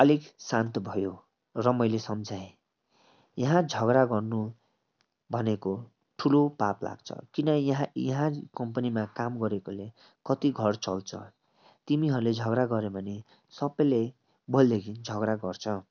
अलिक शान्त भयो र मैले सम्झाएँ यहाँ झगडा गर्नु भनेको ठुलो पाप लाग्छ किन यहाँ यहाँ कम्पनीमा काम गरेकोले कति घर चल्छ तिमीहरूले झगडा गऱ्यो भने सबैले भोलिदेखिन् झगडा गर्छ